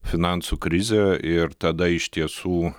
finansų krizę ir tada iš tiesų